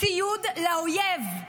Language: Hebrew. ציוד לאויב,